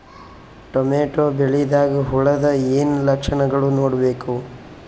Tomato ಬೆಳಿದಾಗ್ ಹುಳದ ಏನ್ ಲಕ್ಷಣಗಳು ನೋಡ್ಬೇಕು?